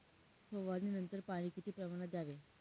फवारणीनंतर पाणी किती प्रमाणात द्यावे?